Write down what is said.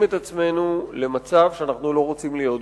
את עצמנו למצב שאנחנו לא רוצים להיות בו.